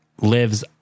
lives